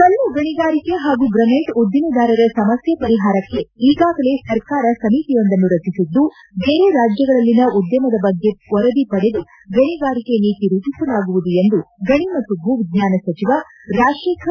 ಕಲ್ಲು ಗಣಿಗಾರಿಕೆ ಹಾಗೂ ಗ್ರನ್ಯೆಟ್ ಉದ್ದಿಮೆದಾರರ ಸಮಸ್ಯೆ ಪರಿಹಾರಕ್ಷೆ ಈಗಾಗಲೇ ಸರ್ಕಾರ ಸಮಿತಿಯೊಂದನ್ನು ರಚಿಸಿದ್ದು ಬೇರೆ ರಾಜ್ಯಗಳಲ್ಲಿನ ಉದ್ವಮದ ಬಗ್ಗೆ ವರದಿ ಪಡೆದು ಗಣಿಗಾರಿಕೆ ನೀತಿ ರೂಪಿಸಲಾಗುವುದು ಎಂದು ಗಣಿ ಮತ್ತು ಭೂ ವಿಜ್ಞಾನ ಸಚಿವ ರಾಜಶೇಖರ್